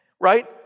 right